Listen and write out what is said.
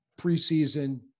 preseason